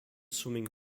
swimming